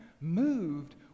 Moved